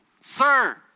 sir